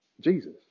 Jesus